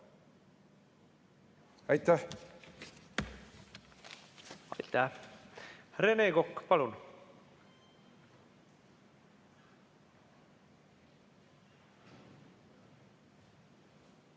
Aitäh! Aitäh! Rene Kokk, palun!